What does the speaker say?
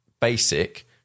basic